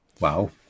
Wow